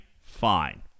Fine